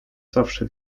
zawsze